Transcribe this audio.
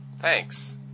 Thanks